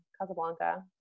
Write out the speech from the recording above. Casablanca